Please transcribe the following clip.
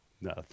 No